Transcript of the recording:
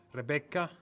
Rebecca